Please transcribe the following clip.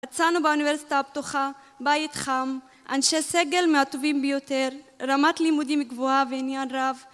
מצאנו באוניברסיטה הפתוחה בית חם, אנשי סגל מהטובים ביותר, רמת לימודים גבוהה ועניין רב